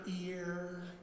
ear